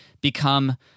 become